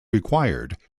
required